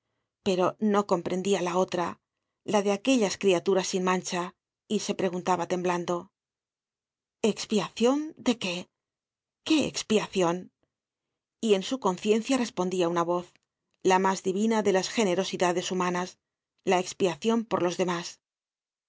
pero no comprendia la otra la de aquellas criaturas sin mancha y se preguntaba temblando expiacion de qué qué expiacion y en su conciencia respondia una voz la mas divina de las generosidades humanas la expiacion por los demás